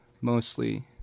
mostly